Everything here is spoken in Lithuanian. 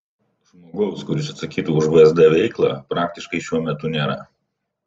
žmogaus kuris atsakytų už vsd veiklą praktiškai šiuo metu nėra